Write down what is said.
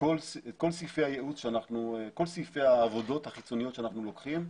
כול סעיפי העבודות החיצוניות שאנחנו לוקחים.